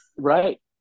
Right